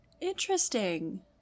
Interesting